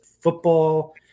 football